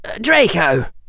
Draco